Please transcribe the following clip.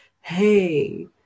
hey